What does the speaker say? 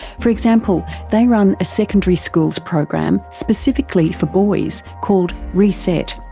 for example, they run a secondary schools program specifically for boys, called reset.